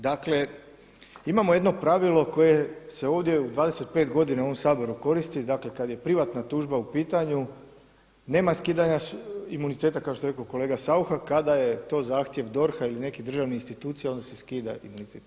Dakle, imamo jedno pravilo koje se ovdje 25 godina u ovom Saboru koristi, dakle kad je privatna tužba u pitanju nema skidanja imuniteta kao što je rekao kolega Saucha, kada je to zahtjev DORH-a ili neke državne institucije onda se skida imunitet.